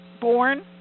born